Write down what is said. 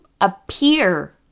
appear